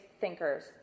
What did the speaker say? thinkers